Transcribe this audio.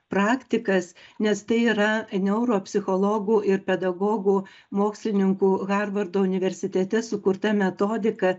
praktikas nes tai yra neuropsichologų ir pedagogų mokslininkų harvardo universitete sukurta metodika